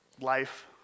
life